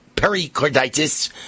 pericarditis